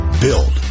build